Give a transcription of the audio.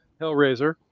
Hellraiser